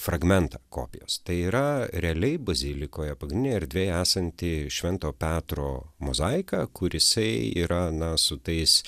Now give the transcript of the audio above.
fragmentą kopijos tai yra realiai bazilikoje pagrindinėj erdvėj esanti švento petro mozaika kur jisai yra na su tais